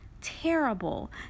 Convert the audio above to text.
terrible